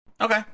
Okay